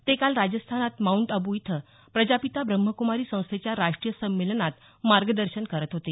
ते काल राजस्थानात माऊंट आबू इथं प्रजापिता ब्रह्मक्मारी संस्थेच्या राष्ट्रीय संमेलनात मार्गदर्शन करत होते